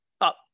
Up